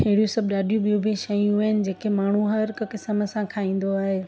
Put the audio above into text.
अहिड़ियूं सभु ॾाढी ॿियूं बि शयूं आहिनि जेके माण्हू हर हिकु क़िस्म सां खाईंदो आहे